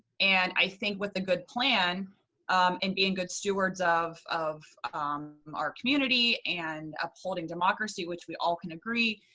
and i think with a good plan and being good stewards of of um our community and upholding democracy, which we all can agree,